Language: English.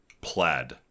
plaid